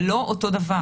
זה לא אותו דבר.